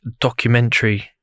documentary